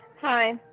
Hi